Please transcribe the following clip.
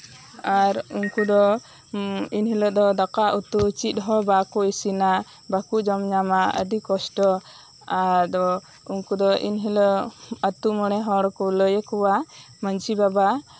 ᱟᱨ ᱩᱱᱠᱩ ᱫᱚ ᱮᱱᱦᱤᱞᱳᱜ ᱫᱟᱠᱟ ᱩᱛᱩ ᱪᱮᱫ ᱦᱚᱸ ᱵᱟᱠᱚ ᱤᱥᱤᱱᱟ ᱪᱮᱫ ᱜᱮ ᱵᱟᱠᱚ ᱡᱚᱢ ᱧᱟᱢᱟ ᱟᱹᱰᱤ ᱠᱚᱥᱴᱚ ᱩᱱᱠᱩ ᱫᱚ ᱮᱱᱦᱤᱞᱳᱜ ᱟᱛᱳ ᱢᱚᱬᱮ ᱦᱚᱲ ᱠᱚ ᱞᱟᱹᱭ ᱟᱠᱚᱣᱟ ᱢᱟᱹᱡᱷᱤ ᱵᱟᱵᱟ